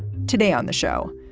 today on the show?